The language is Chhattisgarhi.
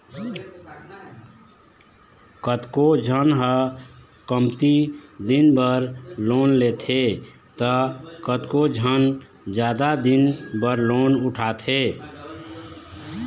कतको झन ह कमती दिन बर लोन लेथे त कतको झन जादा दिन बर लोन उठाथे